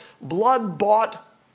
blood-bought